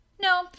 No